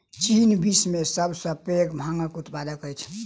चीन विश्व के सब सॅ पैघ भांग के उत्पादक अछि